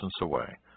away